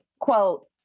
quote